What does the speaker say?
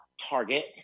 Target